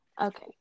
Okay